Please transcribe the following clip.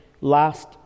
last